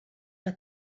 que